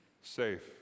safe